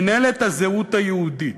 מינהלת הזהות היהודית,